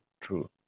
true